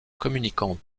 communiquant